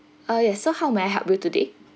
ah yes so how may I help you today